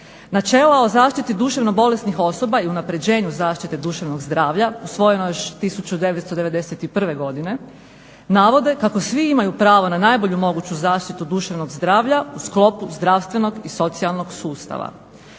Načela o zaštiti duševno bolesnih osoba i unaprjeđenju zaštite duševnog zdravlja usvojeno još 1991. godine navode kako svi imaju pravo na najbolju moguću zaštitu duševnog zdravlja u sklopu zdravstvenog i socijalnog sustava.